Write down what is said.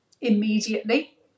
immediately